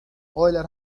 oylar